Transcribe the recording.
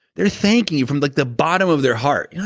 they're thanking you from like the bottom of their heart. yeah